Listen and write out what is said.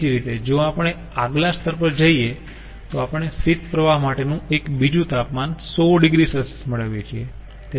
એ જ રીતે જો આપણે આગલા સ્તર પર જઈયે તો આપણે શીત પ્રવાહ માટેનું એક બીજું તાપમાન 100 oC મેળવીએ છીએ